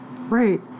Right